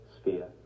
sphere